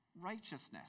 righteousness